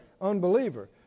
unbeliever